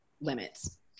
limits